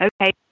okay